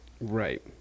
Right